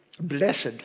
blessed